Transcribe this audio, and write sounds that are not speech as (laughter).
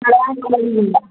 (unintelligible)